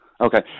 Okay